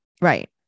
right